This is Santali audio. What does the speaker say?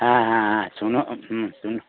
ᱦᱮᱸ ᱦᱮᱸ ᱥᱩᱱᱩ ᱥᱩᱱᱩ